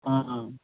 ఆహా